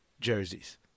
jerseys